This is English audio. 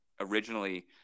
originally